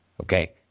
okay